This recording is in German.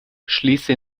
schließe